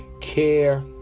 care